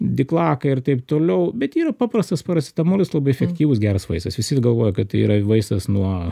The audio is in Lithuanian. diklakai ir taip toliau bet yra paprastas paracetamolis labai efektyvus geras vaistas visi galvoja kad tai yra vaistas nuo